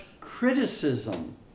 criticism